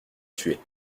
tuer